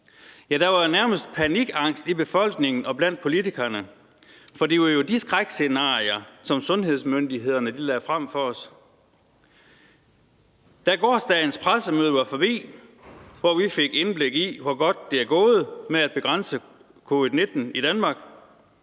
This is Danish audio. der var nærmest panikangst i befolkningen og blandt politikerne, for det var jo de skrækscenarier, som sundhedsmyndighederne lagde frem for os. Da gårsdagens pressemøde, hvor vi fik indblik i, hvor godt det er gået med at begrænse covid-19 i Danmark,